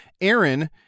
Aaron